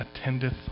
attendeth